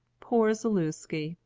poor zaluski,